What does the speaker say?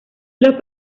los